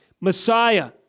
Messiah